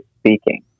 speaking